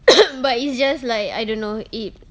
but it's just like I don't know it